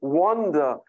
wonder